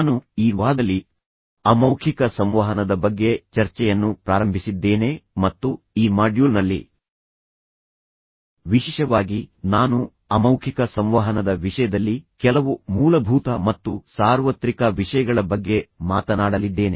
ನಾನು ಈ ವಾರದಲ್ಲಿ ಅಮೌಖಿಕ ಸಂವಹನದ ಬಗ್ಗೆ ಚರ್ಚೆಯನ್ನು ಪ್ರಾರಂಭಿಸಿದ್ದೇನೆ ಮತ್ತು ಈ ಮಾಡ್ಯೂಲ್ನಲ್ಲಿ ವಿಶೇಷವಾಗಿ ನಾನು ಅಮೌಖಿಕ ಸಂವಹನದ ವಿಷಯದಲ್ಲಿ ಕೆಲವು ಮೂಲಭೂತ ಮತ್ತು ಸಾರ್ವತ್ರಿಕ ವಿಷಯಗಳ ಬಗ್ಗೆ ಮಾತನಾಡಲಿದ್ದೇನೆ